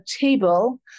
table